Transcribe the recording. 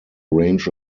range